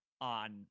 on